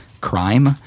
crime